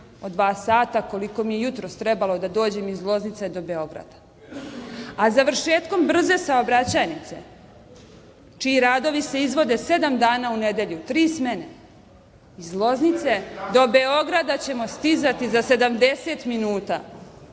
od dva sata, koliko mi je jutros trebalo da dođem iz Loznice do Beograda. A završetkom brze saobraćajnice, čiji se radovi izvode sedam dana u nedelji, u tri smene, iz Loznice do Beograda ćemo stizati za 70 minuta.